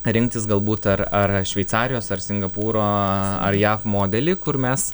rinktis galbūt ar ar šveicarijos ar singapūro ar jav modelį kur mes